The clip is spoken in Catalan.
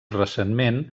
recentment